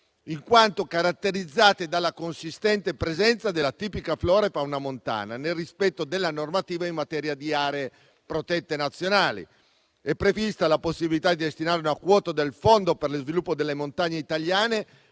in quanto caratterizzate dalla consistente presenza della tipica flora e fauna montana, nel rispetto della normativa in materia di aree protette nazionali. È prevista la possibilità di destinare una quota del Fondo per lo sviluppo delle montagne italiane